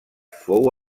fou